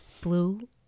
Blue